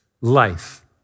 Life